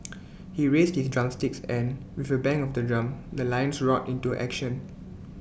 he raised his drumsticks and with A bang of the drum the lions roared into action